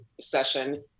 session